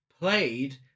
played